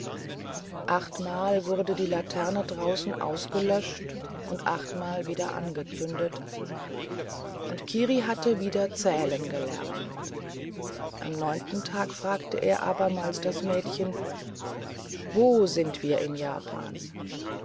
achtmal wurde die laterne draußen ausgelöscht und achtmal wieder angezündet und kiri hatte wieder zählen gelernt am neunten tag fragte er abermals das mädchen wo sind wir in japan